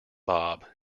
bob